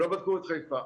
שלא בדקו את חיפה.